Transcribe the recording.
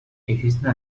existen